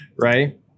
right